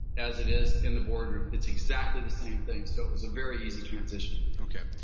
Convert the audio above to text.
as it is in the board room. it's exactly the same thing. so it was a very easy transition okay.